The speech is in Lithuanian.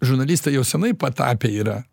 žurnalistai jau senai patapę yra